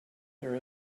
there